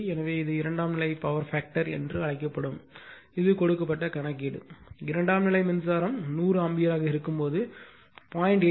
எனவே இது இரண்டாம் நிலை பவர் பேக்டர் என்று அழைக்கப்படுகிறது இது கொடுக்கப்பட்ட கணக்கீடு இரண்டாம் நிலை மின்சாரம் நூறு ஆம்பியராக இருக்கும்போது 0